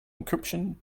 encryption